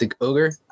Ogre